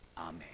Amen